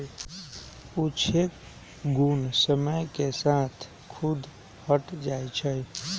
कुछेक घुण समय के साथ खुद्दे हट जाई छई